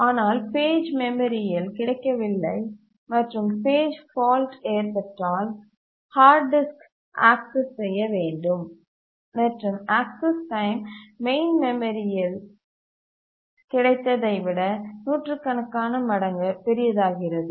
ஆனால் பேஜ் மெமரிஇல் கிடைக்கவில்லை மற்றும் பேஜ் ஃபால்ட் ஏற்பட்டால் ஹார்ட் டிஸ்க்கை ஆக்சஸ் செய்ய வேண்டும் மற்றும் ஆக்சஸ் டைம் மெயின் மெமரிஇல் கிடைத்ததை விட நூற்றுக்கணக்கான மடங்கு பெரியதாகிறது